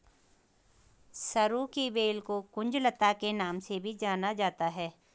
सरू की बेल को कुंज लता के नाम से भी जाना जाता है